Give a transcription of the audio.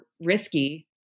risky